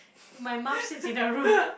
my mum sits in a room